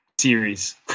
series